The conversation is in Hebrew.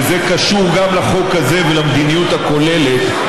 וזה קשור גם לחוק הזה ולמדיניות הכוללת,